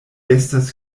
estas